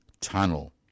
tunnel